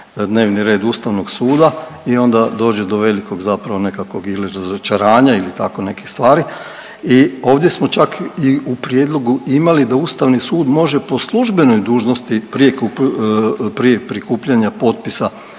dnevni red ustavnog suda i onda dođe do velikog zapravo nekakvog ili razočaranja ili tako nekih stvari. I ovdje smo čak i u prijedlogu imali da ustavni sud može po službenoj dužnosti prije prikupljanja potpisa